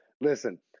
Listen